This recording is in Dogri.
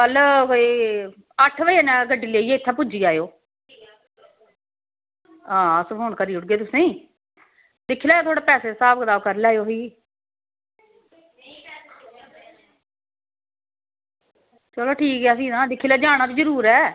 कल कोी अट्ठ बज़े इत्थें गड्डी लेइयै पुज्जी जायो हां ते फोन करा ओड़गे तुसेंगी दिक्खी लैयो पैसे दा थोह्ड़ा हिसाव कताब करी लैयो फ्ही ठीक ऐ फ्ही दिक्खी लो जाना ते जरूर ऐ